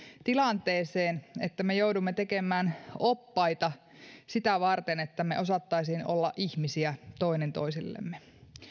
tilanteeseen että me joudumme tekemään oppaita sitä varten että me osaisimme olla ihmisiä toinen toisillemme